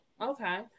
Okay